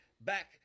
back